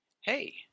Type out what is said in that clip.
hey